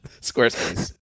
Squarespace